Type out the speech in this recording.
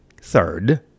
Third